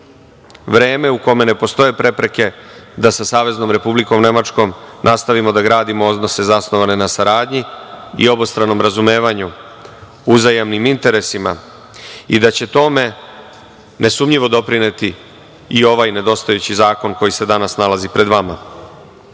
vreme u kome ne postoje prepreke da sa Saveznom Republikom Nemačkom nastavimo da gradimo odnose zasnovane na saradnji i obostranom razumevanju, uzajamnim interesima i da će tome nesumnjivo doprineti i ovaj nedostajući zakon koji se danas nalazi pred vama. Ako